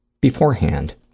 beforehand